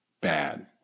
bad